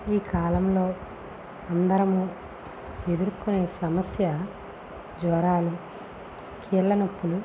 ఈ కాలంలో అందరం ఎదుర్కొనే సమస్య జ్వరాలు కీళ్ళనొప్పులు